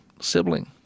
sibling